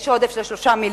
יש עודף של 3 מיליארדים.